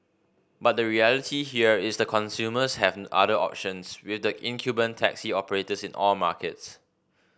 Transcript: but the reality here is that consumers have other options with the incumbent taxi operators in all markets